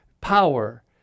power